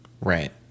Right